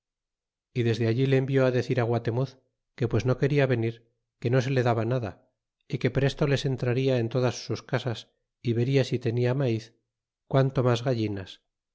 y desde allí le envió decir guatemuz que pues no quena venir que no se le daba nada y que presto les entraría en todas sus casas y vería si tenia maiz quanto mas gallinas